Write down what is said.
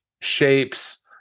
shapes